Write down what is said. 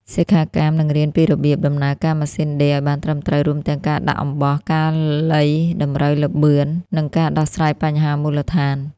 សិក្ខាកាមនឹងរៀនពីរបៀបដំណើរការម៉ាស៊ីនដេរឱ្យបានត្រឹមត្រូវ រួមទាំងការដាក់អំបោះ ការលៃតម្រូវល្បឿន និងការដោះស្រាយបញ្ហាមូលដ្ឋាន។